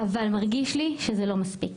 אבל מרגיש לי שזה לא מספיק.